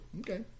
Okay